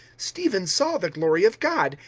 stephen saw the glory of god,